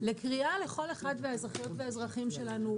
לקריאה לכל אחד מהאזרחיות והאזרחים שלנו,